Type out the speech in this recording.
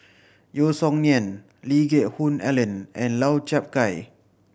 Yeo Song Nian Lee Geck Hoon Ellen and Lau Chiap Khai